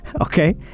okay